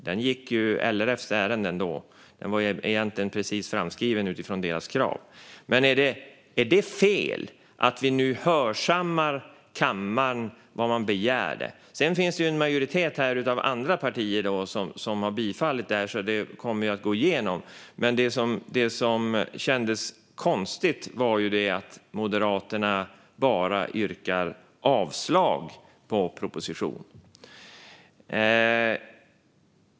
Den gick LRF:s ärenden; den var egentligen framskriven utifrån deras krav. Är det fel att vi nu hörsammar vad kammaren begärde? Det finns ju en majoritet av andra partier som har bifallit detta, så det kommer att gå igenom. Men det som kändes konstigt var att Moderaterna bara yrkade avslag på propositionen.